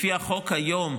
על פי החוק היום,